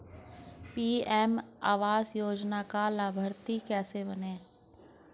PM आवास योजना का लाभर्ती कैसे बनें?